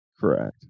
Correct